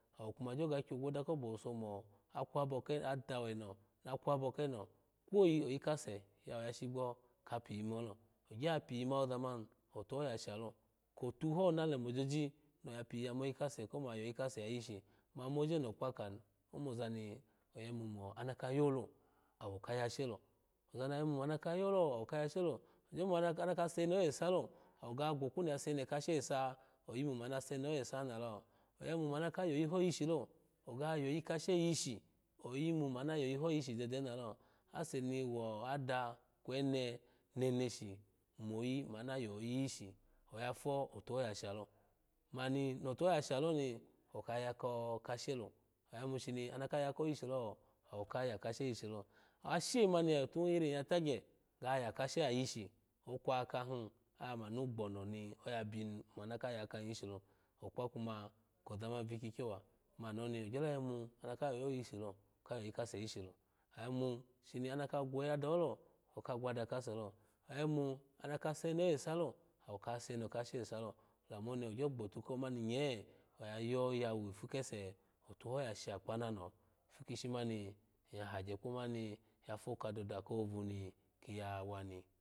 Ogyo kagyogwu oda ko boweso mo akwabo adawo eno akwabo eno kwoyikase ya wo ya shigbo kapiyi molo ogyo yapiyi ya ma woza mani atoho yashalo kotuho na lemo joji aya piyi yamo kase mo yayii kase yishi moje ni okpa kani omoza mi oya yimu shana ka yolo awo kayu she lo gyo mo amaka seneho esalo oga gwogwu sene kashese oyimu mo ana sene ho ese omoto aya yimu mana ka yoyi ho yishi loo oga yoyi kashe yishi oyimu mo ama yo yiho yishi dede ona lo ase ni wada kwene memeshi moyi mana yoyishi aya po otuho yashalo mani notuho ya shaloni oka ya kashe lo oya yimu shna kayako yishilo awo kaya kashe yishi lo she mani ya yotuhiri ta gye yaya kashe yishi okwakahi oya manu gbonu ni oya bini mana kayaka yishilo okpa kuma koza mani vikyikyo wa mani oni ogyo ya yimu shana ka ya ko yishilo oya ya yimu shama ka gwaduholo awokagwadase lo oya yimu shama ka seneho esalo awoka senu kase ese lo oni agyo gbotu ya sha kpananoho ishimani ya agye kpo moni nafo ka dodu kohobo ni ya wa ni